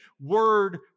word